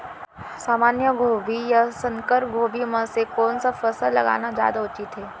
सामान्य गोभी या संकर गोभी म से कोन स फसल लगाना जादा उचित हे?